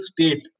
state